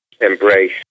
embrace